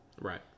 Right